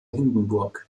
hindenburg